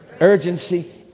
Urgency